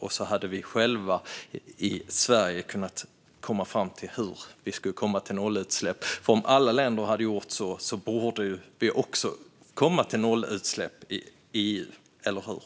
Då skulle vi i Sverige själva kunna komma fram till hur vi ska uppnå nollutsläpp. Om alla länder gjorde så borde vi uppnå nollutsläpp i EU också, eller hur?